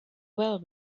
well